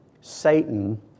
Satan